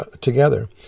together